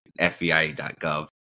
FBI.gov